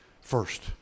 first